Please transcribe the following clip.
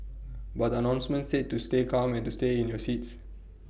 but the announcement said to stay calm and to stay in your seats